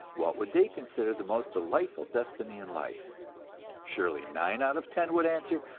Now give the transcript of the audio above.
what would they consider the most delightful destiny in life surely nine out of ten would answer,